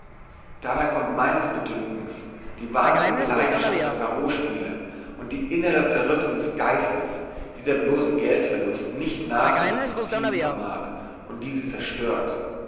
daher kommt meines bedünkens die wahnsinnige leidenschaft der pharospieler und die innere zerrüttung des geistes die der bloße geldverlust nicht nach sich zu ziehen vermag und die sie zerstört